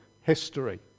history